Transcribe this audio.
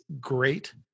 great